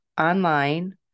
online